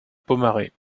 pomarez